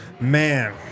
Man